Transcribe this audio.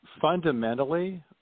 fundamentally